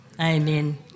Amen